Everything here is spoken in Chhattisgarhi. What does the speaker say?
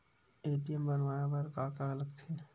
ए.टी.एम बनवाय बर का का लगथे?